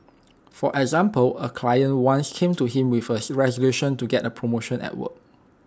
for example A client once came to him with A resolution to get A promotion at work